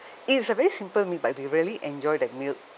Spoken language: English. it's a very simple meal but we really enjoyed that meal